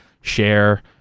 share